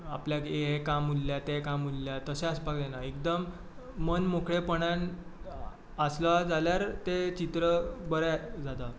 आपल्याक हें काम उरल्ल्यांत तें काम उरल्ल्यांत तशें आसपाक जायना एकदम मन मोकळ्यापणान आसलो जाल्यार तें चित्र करपाक बरें जाता